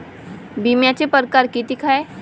बिम्याचे परकार कितीक हाय?